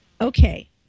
Okay